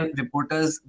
reporters